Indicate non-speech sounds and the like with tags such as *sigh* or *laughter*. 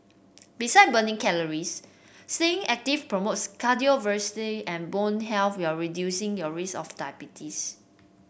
beside burning calories staying active promotes *unintelligible* and bone *unintelligible* while reducing your risk of diabetes